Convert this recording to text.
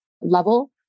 level